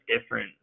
different